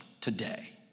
today